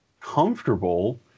comfortable